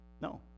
No